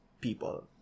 people